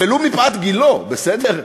ולו מפאת גילו, בסדר?